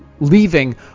leaving